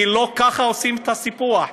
כי לא כך עושים את הסיפוח.